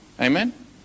amen